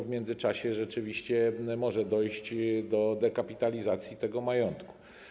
W międzyczasie rzeczywiście może dojść do dekapitalizacji tego majątku.